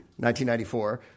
1994